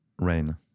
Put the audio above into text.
Rain